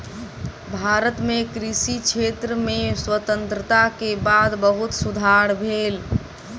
भारत मे कृषि क्षेत्र में स्वतंत्रता के बाद बहुत सुधार भेल